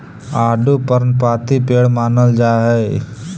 आडू पर्णपाती पेड़ मानल जा हई